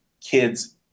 kids